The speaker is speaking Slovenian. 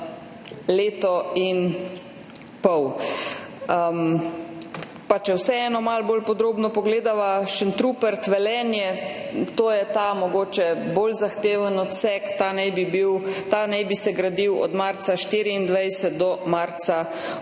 leto in pol. Pa če vseeno malo bolj podrobno pogledava, Šentrupert–Velenje, to je ta, mogoče, bolj zahteven odsek, ta naj bi se gradil od marca 2024 do marca